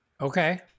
Okay